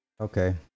Okay